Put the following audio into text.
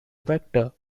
vector